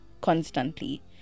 constantly